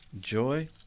joy